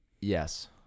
Yes